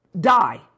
die